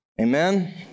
Amen